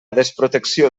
desprotecció